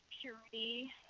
purity